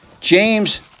James